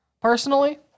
personally